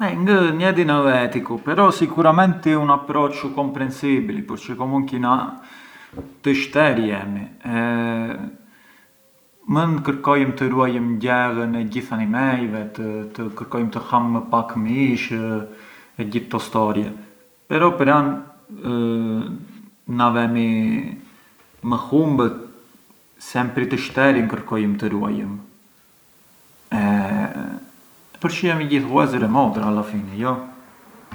E ngë e di na ë eticu, però sicuramenti ë un approcciu comprensibili, përçë comunqui na të shterë jemi, mënd kërkojëm të ruajëm gjellën e gjithë animejvet e kërkojëm të ham më pak mishë e gjith këto storie, però pran na vemi më humbët sempri të shterin kërkojëm të ruajëm, përçë jemi gjithë vëllezër e motra alla fini jo?